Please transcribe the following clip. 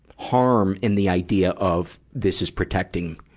harm in the idea of, this is protecting,